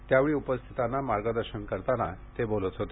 त्यावेळी उपस्थितांना मार्गदर्शन करताना ते बोलत होते